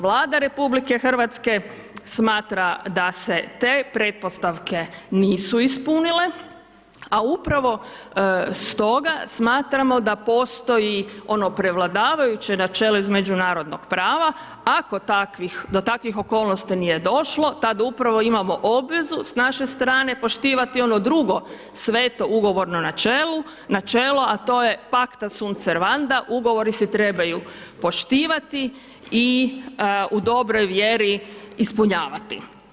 Vlada RH smatra da se te pretpostavke nisu ispunile, a upravo s toga smatramo da postoji ono prevladavajuće načelo iz međunarodnog prava, ako takvih do takvih okolnosti nije došlo tad upravo imamo obvezu s naše strane poštivati ono drugo sveto ugovorno načelu, načelo a to je Pacta sunt servanda, ugovori se trebaju poštivati i u dobroj vjeri ispunjavati.